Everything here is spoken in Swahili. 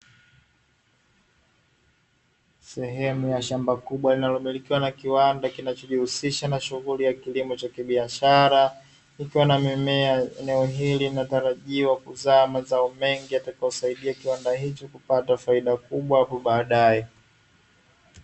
Sehemu ya shamba kubwa linalomilikiwa na kiwanda kinachojihusisha na shughuli ya kilimo cha kibiashara likiwa na mimea eneo hili na tarajiwa kuzaa mazao mengi yatakayosaidia kiwanda hicho kupata faida kubwa hapo baadae.